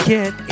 Get